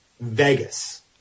Vegas